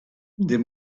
des